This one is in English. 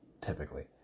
typically